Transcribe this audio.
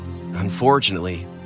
Unfortunately